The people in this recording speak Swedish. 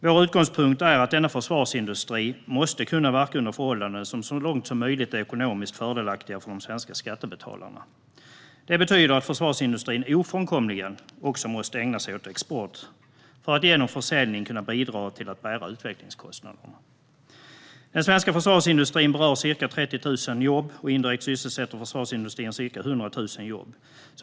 Vår utgångspunkt är att denna försvarsindustri måste kunna verka under förhållanden som så långt som möjligt är ekonomiskt fördelaktiga för de svenska skattebetalarna. Det betyder att försvarsindustrin ofrånkomligen också måste ägna sig åt export, för att genom försäljning kunna bidra till att bära utvecklingskostnaderna. Den svenska försvarsindustrin berör ca 30 000 jobb, och indirekt sysselsätter försvarsindustrin ca 100 000.